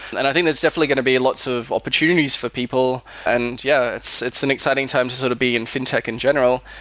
and i think there's definitely going to be lots of opportunities for people. and yeah, it's it's an exciting time to sort of be in fintech in general.